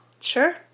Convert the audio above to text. Sure